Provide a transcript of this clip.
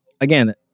Again